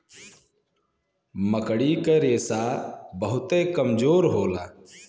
मकड़ी क रेशा बहुते कमजोर होला